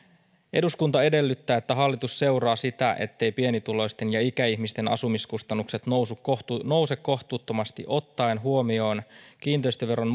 eduskunta edellyttää että hallitus seuraa sitä etteivät pienituloisten ja ikäihmisten asumiskustannukset nouse kohtuuttomasti ottaen huomioon kiinteistöveron